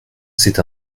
c’est